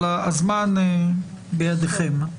הזמן בידכם.